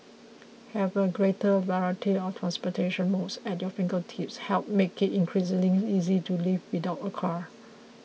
having a greater variety of transportation modes at your fingertips helps make it increasingly easy to live without a car